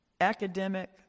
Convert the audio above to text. academic